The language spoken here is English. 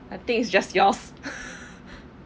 I think it's just yours